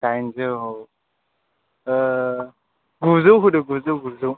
दायेनजौ गुजौ होदो गुजौ गुजौ